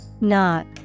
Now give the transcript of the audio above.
Knock